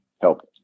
helped